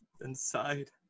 inside